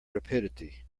rapidity